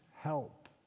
help